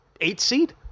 Eight-seed